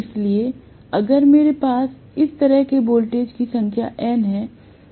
इसलिए अगर मेरे पास इस तरह के वॉल्टेज की संख्या n है